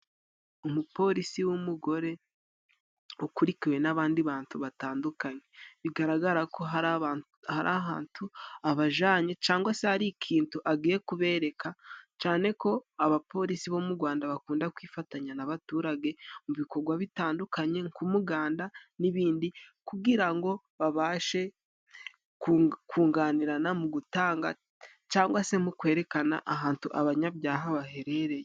Umupolisi w'umugore ukurikiwe n'abandi bantu batandukanye, bigaragara ko hari abantu hari ahantu abajanye, cangwa se hari ikintu agiye kubereka. Cane ko abapolisi bo mu Rwanda bakunda kwifatanya n'abaturage mu bikorwa bitandukanye nk'umuganda n'ibindi, kugira ngo babashe kunganirana mu gutanga cyangwa se mu kwerekana ahantu abanyabyaha baherereye.